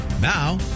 Now